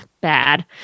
bad